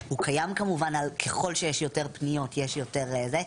הוא קיים כמובן על ככל שיש יותר פניות יש יותר זה.